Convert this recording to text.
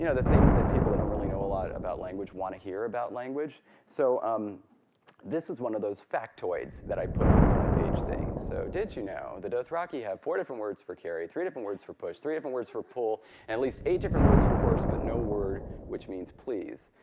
you know the things that people don't really know a lot about language want to hear about language. so um this is one of those factoids that i put on this one page thing. so did you know the dothraki have four different words for carry, three different words for push, three different words for pull, and at least eight different words for horse, but no word which means please.